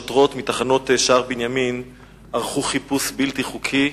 שוטרות מתחנות שער-בנימין ערכו חיפוש בלתי חוקי